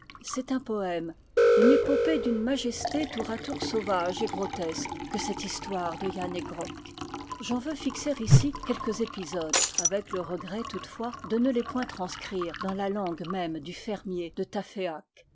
c'est un poème une épopée d'une majesté tour à tour sauvage et grotesque que cette histoire de yann he grok j'en veux fixer ici quelques épisodes avec le regret toute fois de ne les point transcrire dans la langue même du fermier de